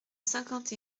cinquante